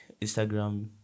Instagram